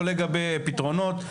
לא לגבי פתרונות.